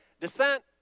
descent